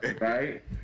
right